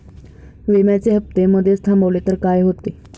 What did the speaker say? विम्याचे हफ्ते मधेच थांबवले तर काय होते?